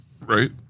Right